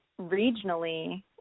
regionally